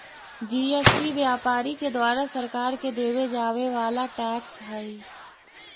GST व्यापारि के द्वारा सरकार के देवे जावे वाला टैक्स हई